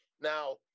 Now